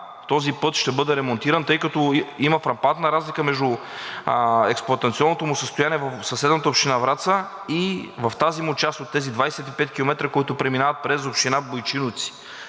този път ще бъде ремонтиран, тъй като има фрапантна разлика между експлоатационното му състояние в съседната община Враца и в тази му част от тези 25 км, които преминават през община Бойчиновци?